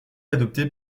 adopté